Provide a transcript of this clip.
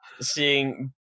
seeing